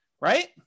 right